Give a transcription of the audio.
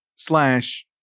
Slash